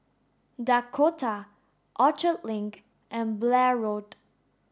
Dakota Orchard Link and Blair Road